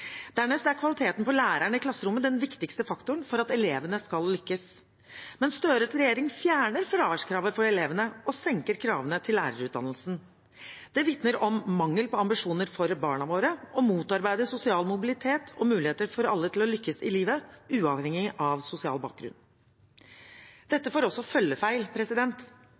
Dernest er kvaliteten på læreren i klasserommet den viktigste faktoren for at elevene skal lykkes. Men Støres regjering fjerner fraværskravet for elevene og senker kravene til lærerutdannelsen. Det vitner om mangel på ambisjoner for barna våre og motarbeider sosial mobilitet og muligheter for alle til å lykkes i livet – uavhengig av sosial bakgrunn. Dette får også